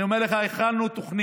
אני אומר לך שהכנו תוכנית,